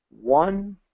one